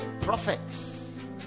prophets